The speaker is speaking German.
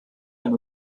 ein